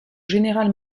général